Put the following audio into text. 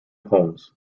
holmes